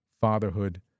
fatherhood